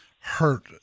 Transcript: hurt